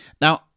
Now